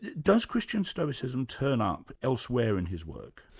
does christian stoicism turn up elsewhere in his work?